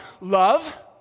love